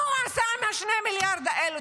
מה הוא עשה עם 2 המיליארד האלה?